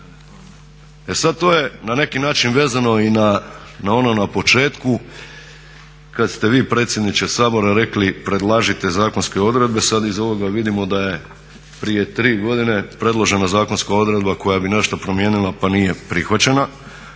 E sad, to je na neki način vezano i na ono na početku kad ste vi predsjedniče Sabora rekli predlažite zakonske odredbe, sad iz ovoga vidimo da je prije tri godine predložena zakonska odredba koja bi nešto promijenila pa nije prihvaćena,